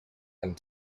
and